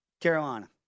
Carolina